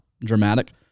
dramatic